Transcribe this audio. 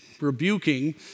rebuking